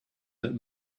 that